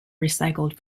recycled